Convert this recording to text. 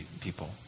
people